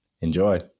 enjoy